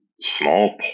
Small